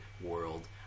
world